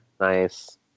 Nice